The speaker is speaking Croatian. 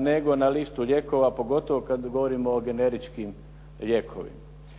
nego na listu lijekova, pogotovo kad govorimo o generičkim lijekovima.